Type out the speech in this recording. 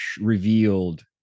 revealed